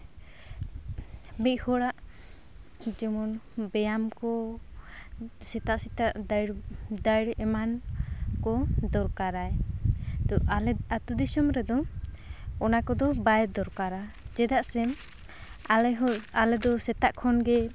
ᱢᱤᱫ ᱦᱚᱲᱟᱜ ᱡᱮᱢᱚᱱ ᱵᱮᱭᱟᱢ ᱠᱚ ᱥᱮᱛᱟᱜ ᱥᱮᱛᱟᱜ ᱫᱟᱹᱲ ᱮᱢᱟᱱ ᱠᱚ ᱫᱚᱨᱠᱟᱨᱟᱭ ᱛᱚ ᱟᱞᱮ ᱟᱛᱳ ᱫᱤᱥᱚᱢ ᱨᱮᱫᱚ ᱚᱱᱟ ᱠᱚᱫᱚ ᱵᱟᱭ ᱫᱚᱨᱠᱟᱨᱟ ᱪᱮᱫᱟᱜ ᱥᱮ ᱟᱞᱮ ᱦᱚᱸ ᱟᱞᱮ ᱫᱚ ᱥᱮᱛᱟᱜ ᱠᱷᱚᱱ ᱜᱮ